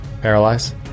Paralyze